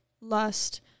lust